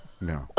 No